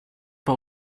bei